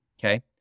Okay